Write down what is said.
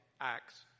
Acts